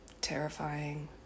terrifying